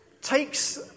takes